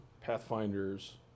Pathfinders